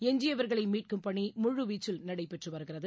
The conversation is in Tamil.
எஞ்சியவர்களை மீட்கும் பணி முழுவீச்சில் நடைபெற்று வருகின்றன